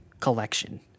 collection